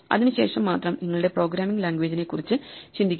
അതിനു ശേഷം മാത്രം നിങ്ങളുടെ പ്രോഗ്രാമിംഗ് ലാംഗ്വേജിനെക്കുറിച്ച് ചിന്തിക്കുക